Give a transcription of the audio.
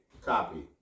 Copy